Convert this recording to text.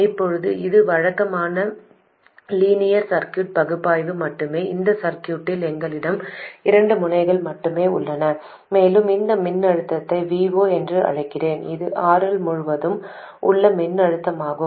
இப்போது இது வழக்கமான லீனியர் சர்க்யூட் பகுப்பாய்வு மட்டுமே இந்த சர்க்யூட்டில் எங்களிடம் இரண்டு முனைகள் மட்டுமே உள்ளன மேலும் இந்த மின்னழுத்தத்தை Vo என்று அழைக்கிறேன் இது RL முழுவதும் உள்ள மின்னழுத்தமாகும்